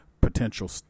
potential